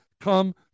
come